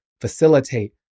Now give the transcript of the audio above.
facilitate